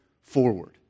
forward